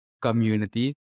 community